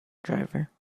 driver